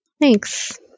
Thanks